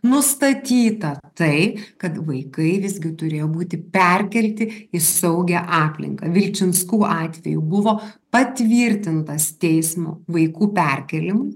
nustatyta tai kad vaikai visgi turėjo būti perkelti į saugią aplinką vilčinskų atveju buvo patvirtintas teismo vaikų perkėlimas